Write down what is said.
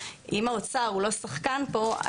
אם האוצר הוא לא שחקן פה,